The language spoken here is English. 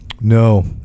no